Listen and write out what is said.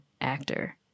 actor